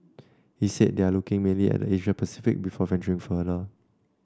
he said they are looking mainly at the Asia Pacific before venturing further